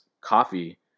Coffee